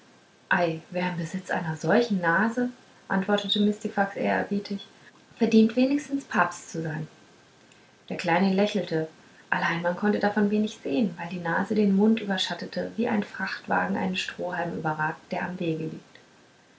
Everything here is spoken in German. wer im besitz einer solchen nase antwortete mistifax ehrerbietig verdient wenigstens papst zu sein der kleine lächelte allein man konnte davon wenig sehen weil die nase den mund überschattete wie ein frachtwagen einen strohhalm überragt der am wege liegt